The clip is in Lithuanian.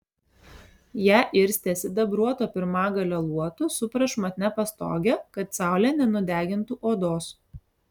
ją irstė sidabruoto pirmagalio luotu su prašmatnia pastoge kad saulė nenudegintų odos